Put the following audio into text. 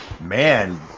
Man